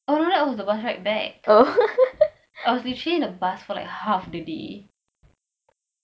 oh I sat in the bus right back I was actually in the bus for like half the day